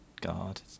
God